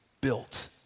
built